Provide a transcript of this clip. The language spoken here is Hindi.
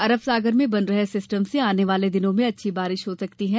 अरब सागर में बन रहे सिस्टम से आने वाले दिनों में अच्छी बारिश हो सकती है